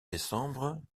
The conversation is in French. décembre